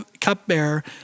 cupbearer